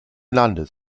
landes